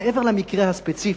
מעבר למקרה הספציפי,